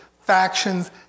factions